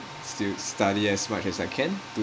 still study as much as I can to